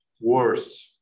worse